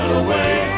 away